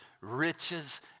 riches